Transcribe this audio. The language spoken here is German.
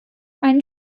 ein